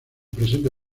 presenta